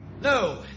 No